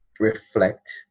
Reflect